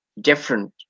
different